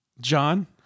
John